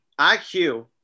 IQ